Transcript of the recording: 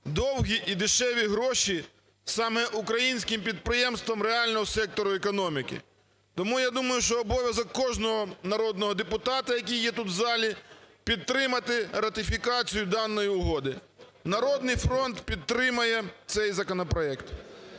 довгі і дешеві гроші саме українським підприємствам реального сектору економіки. Тому я думаю, що обов'язок кожного народного депутата, який є тут в залі, підтримати ратифікацію даної угоди. "Народний фронт" підтримає цей законопроект.